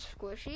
Squishy